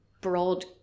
broad